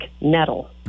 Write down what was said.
nettle